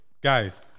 guys